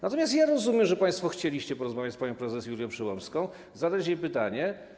Natomiast ja rozumiem, że państwo chcieliście porozmawiać z panią prezes Julią Przyłębską, zadać jej pytanie.